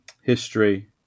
history